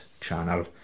channel